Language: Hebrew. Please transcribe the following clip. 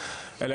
אלא,